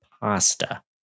pasta